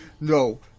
no